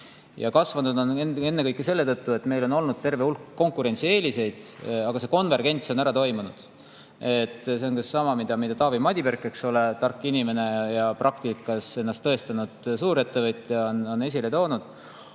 Kasvanud on see ennekõike selle tõttu, et meil on olnud terve hulk konkurentsieeliseid, aga see konvergents on ära toimunud. See on umbes sama, mida Taavi Madiberk, eks ole, tark inimene ja praktikas ennast tõestanud suurettevõtja, on esile toonud.